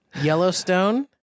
Yellowstone